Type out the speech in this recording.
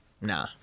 nah